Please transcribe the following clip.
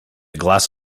glass